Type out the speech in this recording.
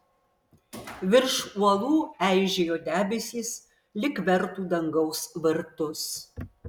virš uolų eižėjo debesys lyg vertų dangaus vartus